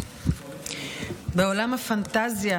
בעולם הפנטזיה